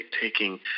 taking